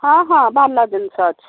ହଁ ହଁ ଭଲ ଜିନିଷ ଅଛି